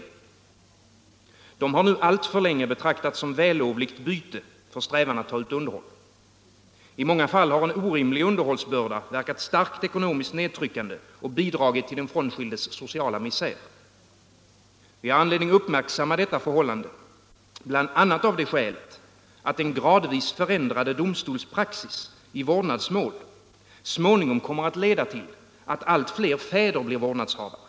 De underhållsskyldiga har alltför länge betraktats som vällovligt byte för strävan att ta ut underhåll. I många fall har en orimlig underhållsbörda verkat starkt ekonomiskt nedtryckande och bidragit till den frånskildes sociala misär. Vi har anledning uppmärksamma detta förhållande, bl.a. av det skälet att en gradvis förändrad domstolspraxis i vårdnadsmål så småningom kommer att leda till att allt fler fäder blir vårdnadshavare.